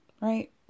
right